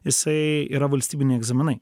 jisai yra valstybiniai egzaminai